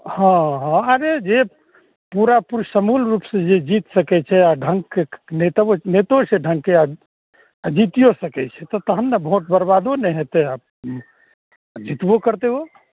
हँ हँ अरे जे पूरा समूल रूपसँ जे जीत सकय छै आओर ढङ्गके नेता ओ नेतो छै ढङ्गके आओर जितियो सकय छै तऽ तहन ने वोट बरबादो नहि हेतय आओर जीतबो करतय ओ